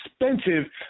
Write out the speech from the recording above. expensive